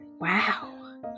wow